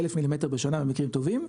1,000 מילימטר בשנה במקרים טובים.